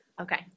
Okay